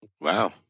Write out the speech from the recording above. Wow